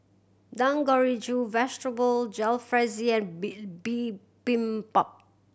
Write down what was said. Dangojiru Vegetable Jalfrezi and Bill Bibimbap